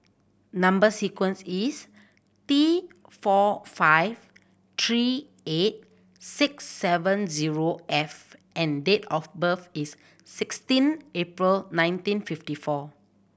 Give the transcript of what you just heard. number sequence is T four five three eight six seven zero F and date of birth is sixteen April nineteen fifty four